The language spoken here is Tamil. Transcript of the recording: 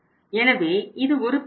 எனவே இது ஒரு பிரச்சினை